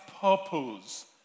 purpose